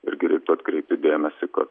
irgi reiktų atkreipti dėmesį kad